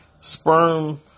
Sperm